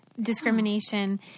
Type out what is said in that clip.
discrimination